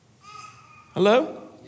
Hello